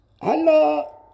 Hello